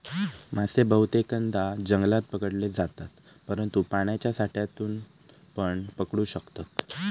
मासे बहुतेकदां जंगलात पकडले जातत, परंतु पाण्याच्या साठ्यातूनपण पकडू शकतत